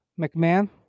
McMahon